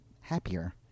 happier